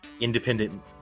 independent